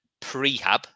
prehab